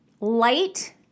light